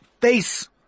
face